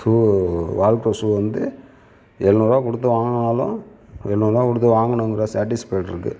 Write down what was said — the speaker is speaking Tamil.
ஷூ வால்க்ரோ ஷூ வந்து எழுநூர்ரூபா கொடுத்து வாங்கினாலும் எழுநூர்ரூபா கொடுத்து வாங்கினோங்கற சேட்டீஸ்ஃபைடு இருக்குது